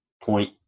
point